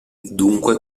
dunque